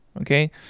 Okay